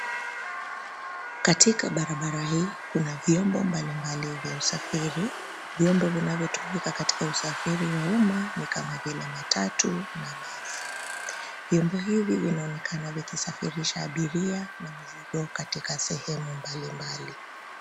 Katika barabara hii kuna vyombo mbalimbali vya usafiri. Vyombo vinavyotumika katika usafiri wa umma ni kama vile matatu na basi. Vyombo hivi vinaonekana vikisafirisha abiria na mizigo katika sehemu mbalimbali.